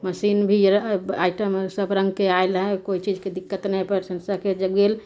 machine भी item सबरङ्गके आयल हइ कोइ चीजके दिक्कत नहि हइ पर पेशेन्ट सब जे गेल